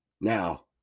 Now